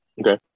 Okay